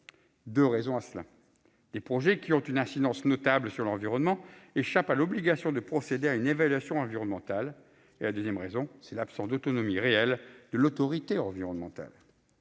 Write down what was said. deux raisons à cela : d'une part, les projets qui ont une incidence notable sur l'environnement échappent à l'obligation de procéder à une évaluation environnementale, et, d'autre part, l'absence d'autonomie réelle de l'autorité environnementale.